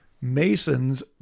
Masons